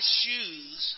shoes